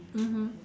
mmhmm